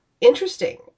interesting